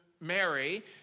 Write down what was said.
Mary